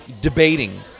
debating